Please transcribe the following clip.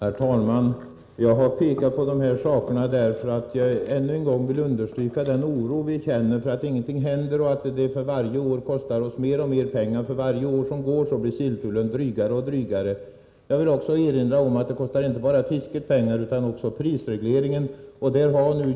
Herr talman! Jag har pekat på de här sakerna därför att jag ännu en gång vill understryka den oro vi känner för att ingenting händer och för att det kostar oss mer och mer pengar. För varje dag som går blir silltullen drygare och drygare. Jag vill också erinra om att det inte bara är för fisket som det kostar pengar utan att det också kostar i samband med prisregleringen.